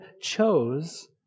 chose